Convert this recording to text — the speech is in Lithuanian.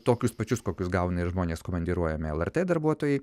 tokius pačius kokius gauna ir žmonės komandiruojami lrt darbuotojai